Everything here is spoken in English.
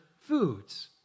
foods